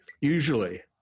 usually